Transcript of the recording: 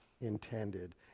intended